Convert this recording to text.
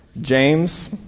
James